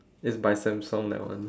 it's by Samsung that one